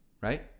right